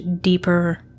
deeper